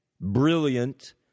brilliant